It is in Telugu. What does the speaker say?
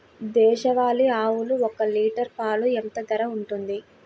దేశవాలి ఆవులు ఒక్క లీటర్ పాలు ఎంత ధర ఉంటుంది?